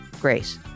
grace